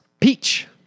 Peach